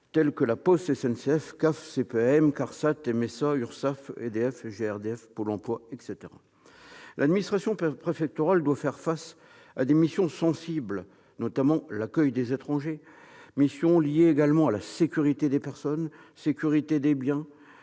publics : La Poste, SNCF, CAF, CPAM, CARSAT, MSA, URSSAF, EDF, GRDF, Pôle emploi, etc. L'administration préfectorale doit faire face à des missions sensibles, notamment l'accueil des étrangers, missions liées également à la sécurité des personnes et des biens,